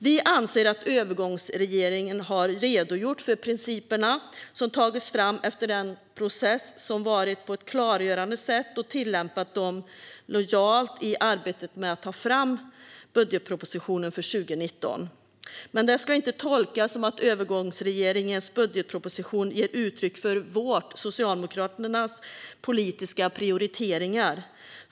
Vi anser att övergångsregeringen har redogjort för principerna, som har tagits fram efter den process som har varit, på ett klargörande sätt och tillämpat dem lojalt i arbetet med att ta fram budgetpropositionen för 2019. Men det ska inte tolkas som att övergångsregeringens budgetproposition ger uttryck för Socialdemokraternas politiska prioriteringar.